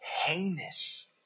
heinous